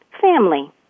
family